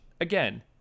again